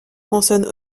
consonne